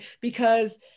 because-